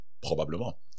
Probablement